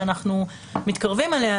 שאנחנו מתקרבים אליה,